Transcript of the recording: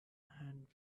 and